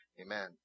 Amen